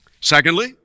Secondly